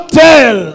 tell